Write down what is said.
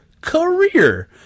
career